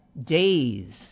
days